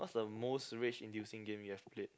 what's the most rage inducing game you've played